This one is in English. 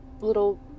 little